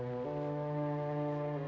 oh